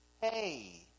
Hey